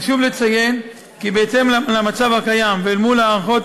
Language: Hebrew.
חשוב לציין כי בהתאם למצב הקיים ואל מול הערכות